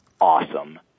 awesome